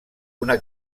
una